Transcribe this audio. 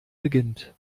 beginnt